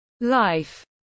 life